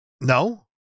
No